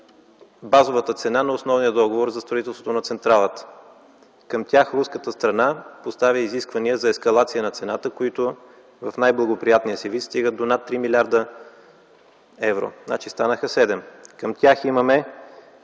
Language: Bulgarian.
базовата цена на основния договор за строителството на централата. Към тях руската страна постави изисквания за ескалация на цената, които в най-благоприятния си вид стигат до над 3 млрд. евро – значи станаха 7 милиарда. Към тях имаме